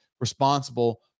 responsible